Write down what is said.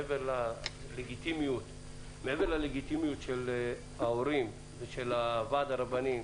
מעבר ללגיטימיות של ההורים ושל ועד הרבנים